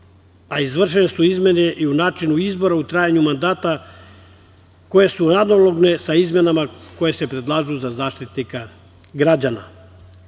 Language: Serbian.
a izvršene su izmene i u načinu izbora u trajanju mandata koje su analogne sa izmenama koje se predlažu za Zaštitnika građana. Na